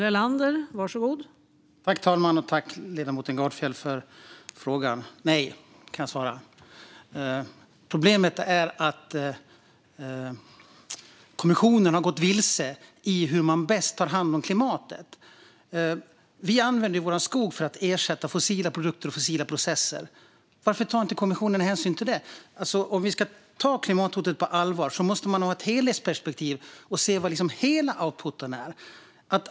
Fru talman! Tack, ledamoten Gardfjell, för frågan! Jag svarar nej. Problemet är att kommissionen har gått vilse i hur man bäst tar hand om klimatet. Vi använder vår skog för att ersätta fossila produkter och processer. Varför tar kommissionen inte hänsyn till det? Om man ska ta klimathotet på allvar måste man ha ett helhetsperspektiv och se vad hela outputen är.